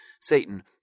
Satan